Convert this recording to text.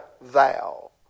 thou